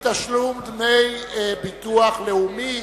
מתשלום דמי ביטוח לאומי),